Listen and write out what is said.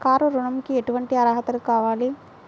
Car ఋణంకి ఎటువంటి అర్హతలు కావాలి?